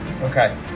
Okay